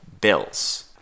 Bills